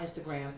Instagram